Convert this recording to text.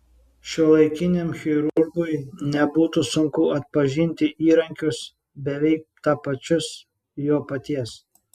šiuolaikiniam chirurgui nebūtų sunku atpažinti įrankius beveik tapačius jo paties